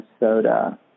Minnesota